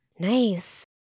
Nice